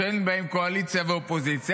שאין בהם קואליציה ואופוזיציה.